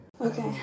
Okay